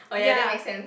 ya